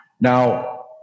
now